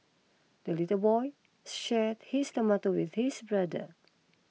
the little boy shared his tomato with his brother